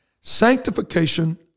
Sanctification